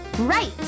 Right